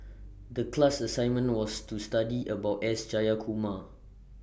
The class assignment was to study about S Jayakumar